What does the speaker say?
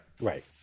Right